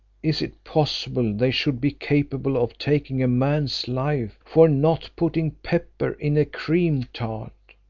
is it possible they should be capable of taking a man's life for not putting pepper in a cream tart?